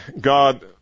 God